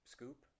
Scoop